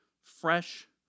Fresh